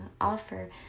offer